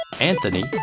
Anthony